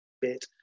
bit